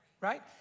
Right